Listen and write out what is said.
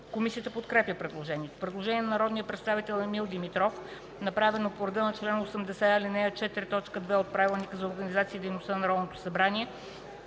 Комисията подкрепя предложението. Предложение на народния представител Емил Димитров, направено по реда на чл. 80, ал. 4, т. 2 от Правилника за